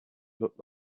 looked